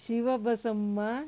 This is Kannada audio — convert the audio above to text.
ಶಿವಬಸಮ್ಮ